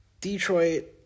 Detroit